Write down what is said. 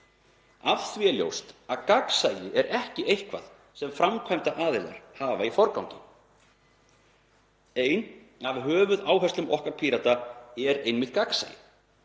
þá er ljóst að gagnsæi er ekki eitthvað sem framkvæmdaraðilar setja í forgang. Ein af höfuðáherslum okkar Pírata er einmitt gagnsæi